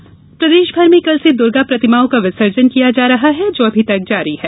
प्रतिमा विसर्जन प्रदेश भर में कल से दुर्गा प्रतिमाओं का विसर्जन किया जा है जो अभी तक जारी है